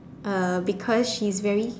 uh because she's very